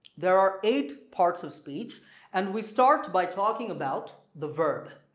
there are eight parts of speech and we start by talking about the verb.